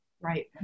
Right